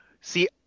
See